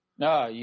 No